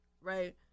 Right